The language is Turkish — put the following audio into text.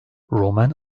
romen